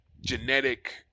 genetic